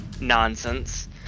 nonsense